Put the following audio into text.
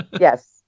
yes